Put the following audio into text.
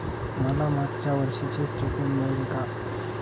मला मागच्या वर्षीचे स्टेटमेंट मिळेल का?